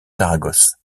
saragosse